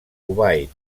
kuwait